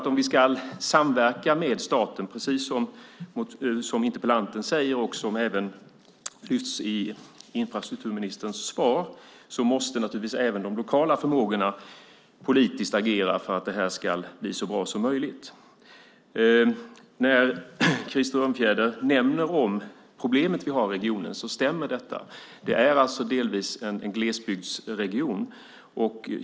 Om vi ska samverka med staten, precis som interpellanten säger och som lyfts upp i infrastrukturministerns svar, måste även de lokala förmågorna agera politiskt för att detta ska bli så bra som möjligt. Krister Örnfjäder nämner det problem som vi har i regionen. Det stämmer att det delvis är en glesbygdsregion.